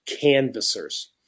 canvassers